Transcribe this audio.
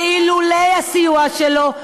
שאילולא הסיוע שלו,